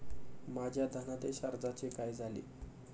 माझ्या धनादेश अर्जाचे काय झाले?